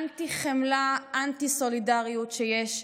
אנטי-חמלה, אנטי-סולידריות שיש,